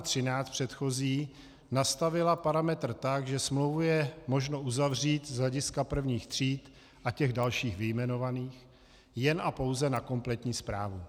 13 předchozí nastavila parametr tak, že smlouvu je možno uzavřít z hlediska prvních tříd a těch dalších vyjmenovaných jen a pouze na kompletní správu.